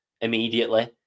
immediately